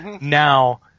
Now